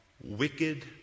wicked